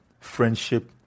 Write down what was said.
friendship